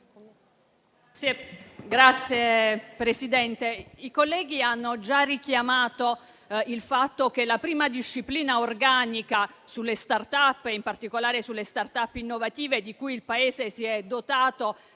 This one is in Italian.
Signor Presidente, i colleghi hanno già richiamato il fatto che la prima disciplina organica sulle *start-up*, in particolare su quelle innovative di cui il Paese si è dotato,